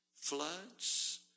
floods